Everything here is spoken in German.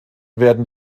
werden